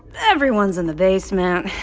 everyone's in the basement.